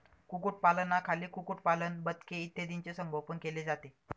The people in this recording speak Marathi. कुक्कुटपालनाखाली कुक्कुटपालन, बदके इत्यादींचे संगोपन केले जाते